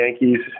Yankees